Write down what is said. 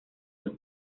los